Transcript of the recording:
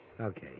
Okay